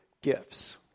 gifts